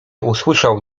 usłyszał